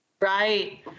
Right